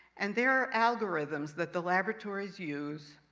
and there are algorithms that the laboratories use,